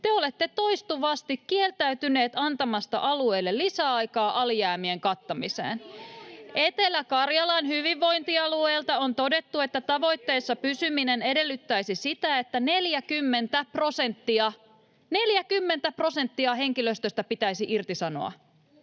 Te olette toistuvasti kieltäytyneet antamasta alueille lisäaikaa alijäämien kattamiseen. Etelä-Karjalan hyvinvointialueelta on todettu, että tavoitteessa pysyminen edellyttäisi sitä, että 40 prosenttia — 40 prosenttia — henkilöstöstä pitäisi irtisanoa.